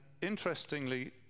interestingly